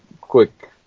quick